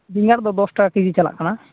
ᱵᱮᱸᱜᱟᱲ ᱫᱚ ᱫᱚᱥ ᱴᱟᱠᱟ ᱠᱮᱡᱤ ᱪᱟᱞᱟᱜ ᱠᱟᱱᱟ